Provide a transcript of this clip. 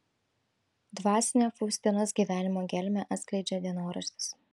dvasinio faustinos gyvenimo gelmę atskleidžia dienoraštis